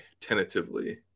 tentatively